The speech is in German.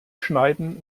schneiden